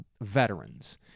veterans